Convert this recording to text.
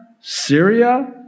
Syria